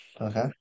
okay